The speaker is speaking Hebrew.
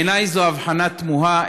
בעיני זו הבחנה תמוהה,